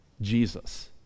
Jesus